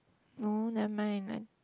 no never mind I